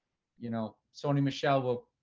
you know, sony, michelle will,